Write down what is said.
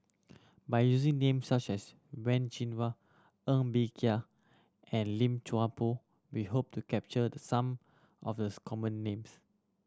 by using names such as Wen Jinhua Ng Bee Kia and Lim Chuan Poh we hope to capture some of the common names